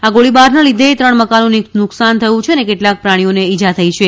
આ ગોળીબારના લીધે ત્રણ મકાનોને નુકસાન થયું છે અને કેટલાંક પ્રાણીઓને ઇજા થઈ છે